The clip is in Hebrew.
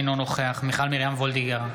אינו נוכח מיכל מרים וולדיגר,